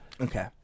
Okay